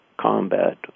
combat